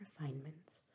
refinements